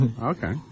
Okay